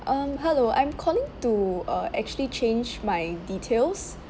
um hello I'm calling to uh actually change my details